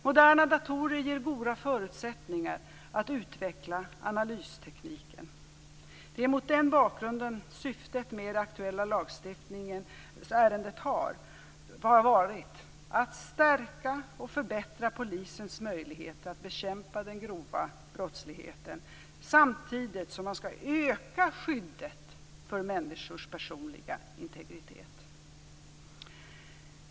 Moderna datorer ger goda förutsättningar att utveckla analystekniken. Det är mot den bakgrunden som syftet med den aktuella lagstiftningen har varit att stärka och förbättra polisens möjligheter att bekämpa den grova brottsligheten samtidigt som skyddet för människors personliga integritet skall öka.